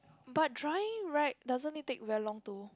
but drying right doesn't it take very long to